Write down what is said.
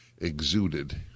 exuded